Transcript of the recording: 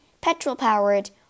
petrol-powered